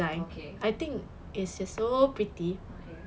okay okay